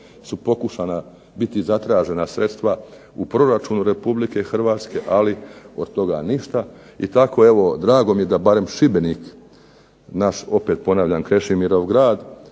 su pokušana biti zatražena sredstva u proračunu Republike Hrvatske, ali od toga ništa. I tako, evo drago mi je da barem Šibenik naš, opet ponavljam Krešimirov grad,